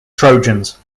trojans